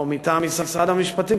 או מטעם משרד המשפטים,